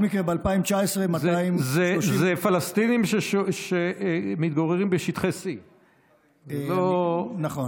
זה פלסטינים שמתגוררים בשטחי C. נכון.